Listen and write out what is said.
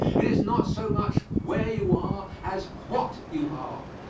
it is not so much where you are as what you are.